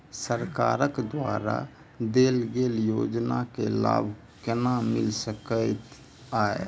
सरकार द्वारा देल गेल योजना केँ लाभ केना मिल सकेंत अई?